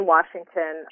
Washington